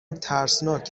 ترسناک